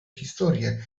historie